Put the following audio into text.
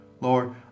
Lord